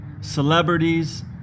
celebrities